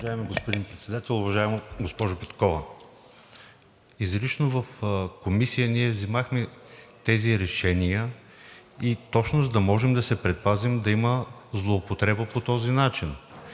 Уважаеми господин Председател, уважаема госпожо Петкова, изрично в Комисията ние взехме тези решения точно за да можем да се предпазим да има злоупотреба по този начин.